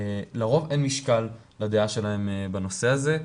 לרוב אין משקל לדעה שלהם בנושא הזה,